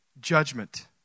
judgment